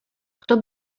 kto